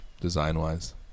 design-wise